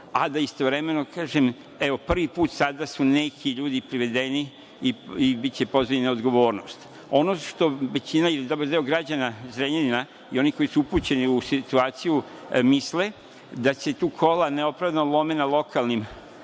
a da istovremeno, evo, prvi put sada su neki ljudi privedeni i biće pozvani na odgovornost. Ono što većina, dobar deo građana Zrenjanina i oni koji su upućeni u situaciju misle jeste da se tu kola neopravdano lome na lokalnim